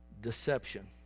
deception